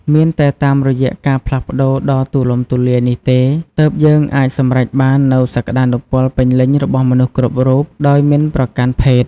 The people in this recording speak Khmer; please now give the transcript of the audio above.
មានតែតាមរយៈការផ្លាស់ប្តូរដ៏ទូលំទូលាយនេះទេ ទើបយើងអាចសម្រេចបាននូវសក្តានុពលពេញលេញរបស់មនុស្សគ្រប់រូប ដោយមិនប្រកាន់ភេទ។